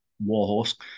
Warhorse